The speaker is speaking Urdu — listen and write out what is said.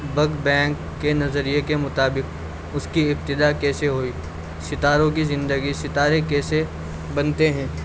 بگ بینگ کے نظریے کے مطابق اس کی ابتدا کیسے ہوئی ستاروں کی زندگی ستارے کیسے بنتے ہیں